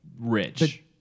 rich